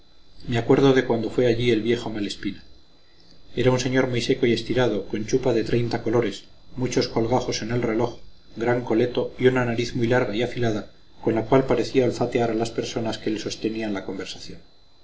me acuerdo de cuando fue allí era un señor muy seco y estirado con chupa de treinta colores muchos colgajos en el reloj gran coleto y una nariz muy larga y afilada con la cual parecía olfatear a las personas que le sostenían la conversación